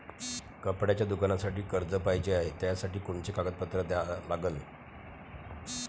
कपड्याच्या दुकानासाठी कर्ज पाहिजे हाय, त्यासाठी कोनचे कागदपत्र द्या लागन?